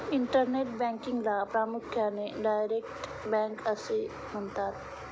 internet बँकिंगला प्रामुख्याने direct bank असे म्हणतात